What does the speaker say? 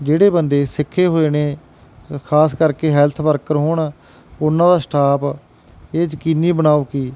ਜਿਹੜੇ ਬੰਦੇ ਸਿੱਖੇ ਹੋਏ ਨੇ ਖਾਸ ਕਰਕੇ ਹੈਲਥ ਵਰਕਰ ਹੋਣ ਉਨ੍ਹਾਂ ਦਾ ਸਟਾਫ਼ ਇਹ ਯਕੀਨੀ ਬਣਾਉ ਕਿ